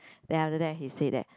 then after that he said that